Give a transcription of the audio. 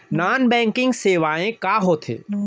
Non banking सेवाएं का होथे?